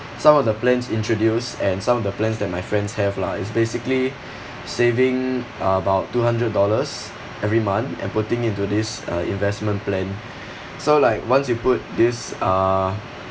some of the plans introduced and some of the plans that my friends have lah is basically saving about two hundred dollars every month and putting into this uh investment plan so like once you put this uh